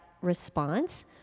response